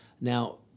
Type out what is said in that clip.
Now